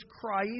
Christ